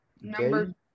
Number